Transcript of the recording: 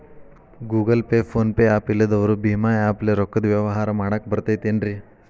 Google pay, PhonePe app ಇಲ್ಲದವರು ಭೇಮಾ app ಲೇ ರೊಕ್ಕದ ವ್ಯವಹಾರ ಮಾಡಾಕ್ ಬರತೈತೇನ್ರೇ?